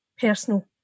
personal